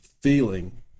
feeling